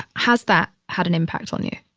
has that had an impact on you?